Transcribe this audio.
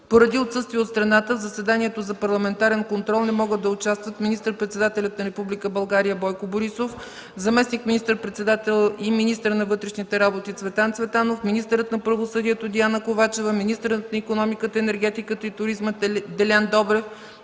Поради отсъствие от страната, в заседанието за Парламентарен контрол не могат да участват министър-председателят на Република България Бойко Борисов, заместник министър-председателят и министър на вътрешните работи Цветан Цветанов, министърът на правосъдието Диана Ковачева, министърът на икономиката, енергетиката и туризма Делян Добрев,